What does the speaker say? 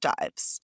dives